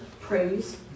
praise